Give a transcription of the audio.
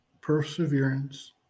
perseverance